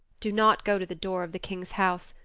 do not go to the door of the king's house,